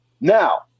Now